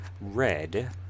Red